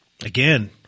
Again